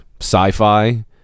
sci-fi